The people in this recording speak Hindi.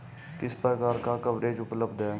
किस प्रकार का कवरेज उपलब्ध है?